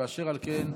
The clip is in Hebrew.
אשר על כן,